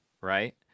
right